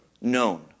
known